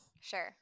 Sure